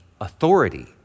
authority